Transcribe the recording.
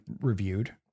reviewed